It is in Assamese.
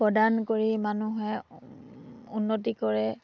প্ৰদান কৰি মানুহে উন্নতি কৰে